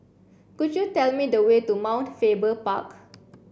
could you tell me the way to Mount Faber Park